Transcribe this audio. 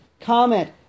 comment